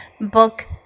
Book